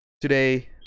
today